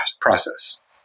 process